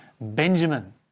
Benjamin